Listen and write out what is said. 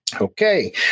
okay